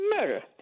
murder